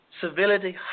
civility